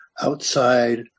outside